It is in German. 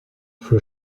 für